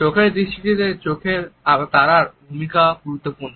চোখের দৃষ্টিতে চোখের তারার ভূমিকাও গুরুত্বপূর্ণ